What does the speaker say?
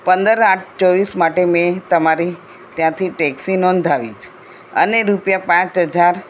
પંદર આઠ ચોવીસ માટે મેં તમારી ત્યાંથી ટેક્સી નોંધાવી છે અને રૂપિયા પાંચ હજાર